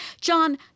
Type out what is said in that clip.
John